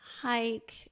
hike